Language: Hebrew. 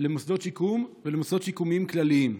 למוסדות שיקום ולמוסדות שיקומיים כלליים.